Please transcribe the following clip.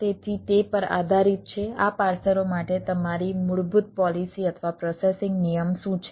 તેથી તે પર આધારિત છે આ પાર્સરો માટે તમારી મૂળભૂત પોલિસી અથવા પ્રોસેસિંગ નિયમ શું છે